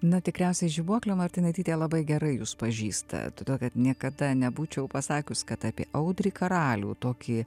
na tikriausiai žibuoklė martinaitytė labai gerai jus pažįsta todėl kad niekada nebūčiau pasakius kad apie audrį karalių tokį